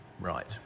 Right